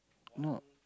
no